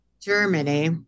Germany